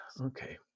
Okay